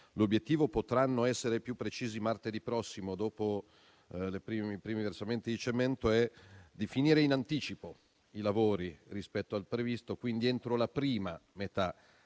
in Aula. Potranno essere più precisi martedì prossimo, dopo i primi versamenti di cemento, ma l'obiettivo è di finire in anticipo i lavori rispetto al previsto: quindi, entro la prima metà